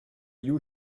you